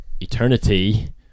eternity